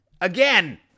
Again